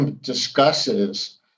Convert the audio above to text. discusses